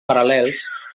paral·lels